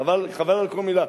חבל על כל מלה.